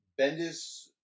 Bendis